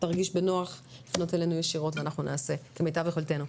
אני מבקשת שתרגיש בנוח לפנות אלינו ישירות ואנחנו נעשה כמיטב יכולתנו.